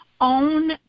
own